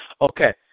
Okay